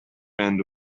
end